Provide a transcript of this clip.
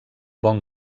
bon